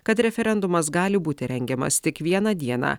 kad referendumas gali būti rengiamas tik vieną dieną